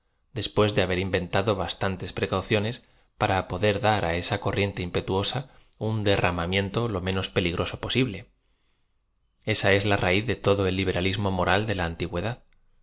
después de haber inventado bastantes precauciones para poder dar á esa corriente impetuo sa un derramamiento lo menos peligroso poaible esa la ra íz de todo ei liberalismo moral de la antigüe